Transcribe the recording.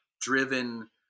driven